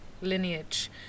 lineage